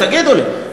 תגידו לי,